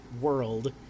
world